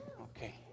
Okay